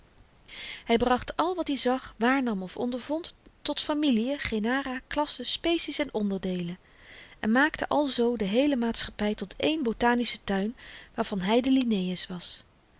hy bracht al wat i zag waarnam of ondervond tot familiën genera klassen species en onderdeelen en maakte alzoo de heele maatschappy tot één botanischen tuin waarvan hy de linnaeus was